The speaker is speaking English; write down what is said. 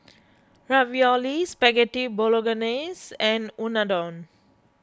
Ravioli Spaghetti Bolognese and Unadon